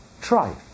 Try